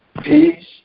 Peace